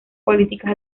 políticas